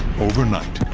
overnight,